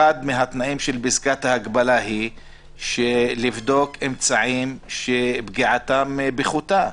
אחד התנאים של פסקת ההגבלה הוא לבדוק אמצעים שפגיעתם פחותה.